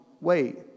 Wait